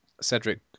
Cedric